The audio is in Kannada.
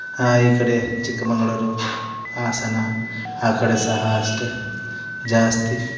ಹಾಂ ಈ ಕಡೆ ಚಿಕ್ಕಮಗಳೂರು ಹಾಸನ ಆ ಕಡೆ ಸಹ ಅಷ್ಟೆ ಜಾಸ್ತಿ